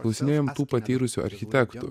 klausinėjom tų patyrusių architektų